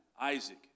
Isaac